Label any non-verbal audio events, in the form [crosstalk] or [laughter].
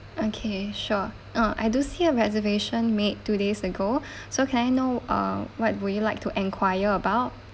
okay sure uh I do see a reservation made two days ago [breath] so can I know uh what would you like to enquire about